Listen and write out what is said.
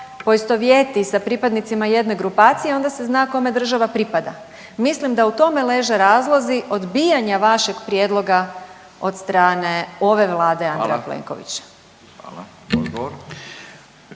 poistovjeti sa pripadnicima jedne grupacije, onda se zna kome država pripada. Mislim da u tome leže razlozi odbijanja vašeg prijedloga od strane ove vlade Andreja Plenkovića.